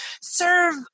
serve